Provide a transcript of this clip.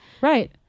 Right